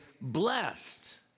blessed